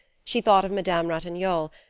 she thought of madame ratignolle,